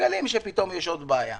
מגלים שיש עוד בעיה.